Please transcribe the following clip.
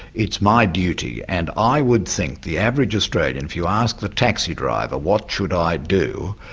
it's my duty and i would think the average australian, if you asked the taxi driver, what should i do?